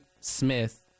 Smith